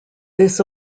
this